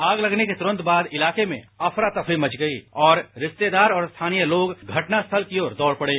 आग लगने के तुरंत बाद इलाके में अफरा तफरा मच गई और रिश्तेदार और स्थानीय लोग घटनास्थल की और दौड़ पड़े